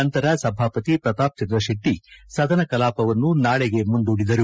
ನಂತರ ಸಭಾಪತಿ ಪ್ರತಾಪ್ಚಂದ್ರಶೆಟ್ಟಿ ಸದನ ಕಲಾಪವನ್ನು ನಾಳೆಗೆ ಮುಂದೂಡಿದರು